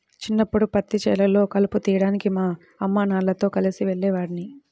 చిన్నప్పడు పత్తి చేలల్లో కలుపు తీయడానికి మా అమ్మానాన్నలతో కలిసి వెళ్ళేవాడిని